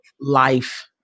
life